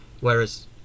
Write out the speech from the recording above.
Whereas